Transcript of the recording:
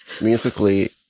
musically